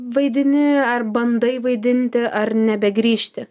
vaidini ar bandai vaidinti ar nebegrįžti